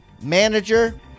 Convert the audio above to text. manager